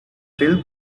bill